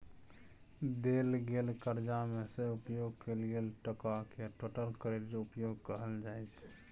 देल गेल करजा मे सँ उपयोग कएल गेल टकाकेँ टोटल क्रेडिट उपयोग कहल जाइ छै